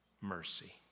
mercy